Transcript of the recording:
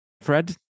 fred